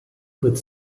with